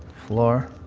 floor.